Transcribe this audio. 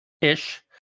ish